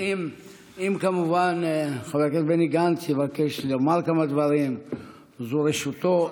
אם כמובן חבר הכנסת בני גנץ יבקש לומר כמה דברים זו רשותו.